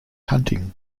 hunting